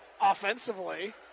offensively